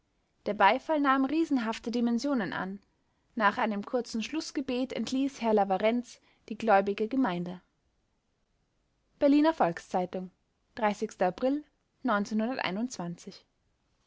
der beifall nahm riesenhafte dimensionen an nach einem kurzen schlußgebet entließ herr laverrenz die gläubige gemeinde berliner volks-zeitung april